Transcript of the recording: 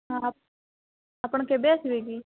ହଁ ଆପଣ କେବେ ଆସିବେ କି